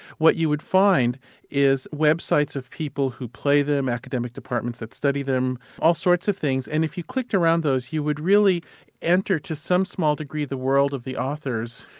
what you would find is websites of people who play them, academic departments that study them, all sorts of things, and if you clicked around those, would really enter to some small degree the world of the authors.